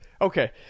Okay